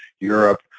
Europe